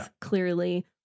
clearly